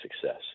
success